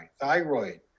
Thyroid